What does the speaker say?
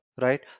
right